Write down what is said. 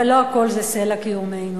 אבל לא הכול זה סלע קיומנו.